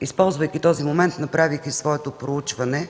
Използвайки този момент, направих свое проучване.